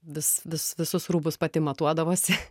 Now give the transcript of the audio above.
vis visus visus rūbus pati matuodavosi